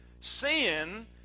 Sin